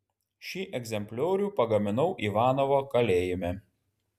šį egzempliorių pagaminau ivanovo kalėjime